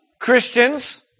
Christians